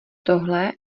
tohle